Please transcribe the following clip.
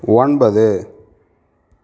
ஒன்பது